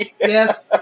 Yes